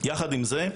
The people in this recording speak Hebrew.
יחד עם זאת,